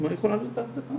אגב עלה כאן הנושא,